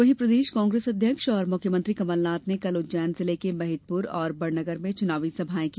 वहीं प्रदेश कांग्रेस अध्यक्ष और मुख्यमंत्री कमलनाथ ने कल उज्जैन जिले के महिदपुर और बड़नगर में चुनावी सभायें की